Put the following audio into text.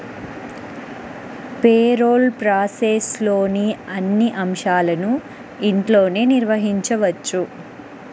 payroll ప్రాసెస్లోని అన్ని అంశాలను ఇంట్లోనే నిర్వహించవచ్చు